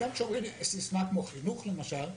גם כשאומרים לי סיסמה כמו חינוך, למשל,